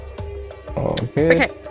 Okay